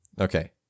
Okay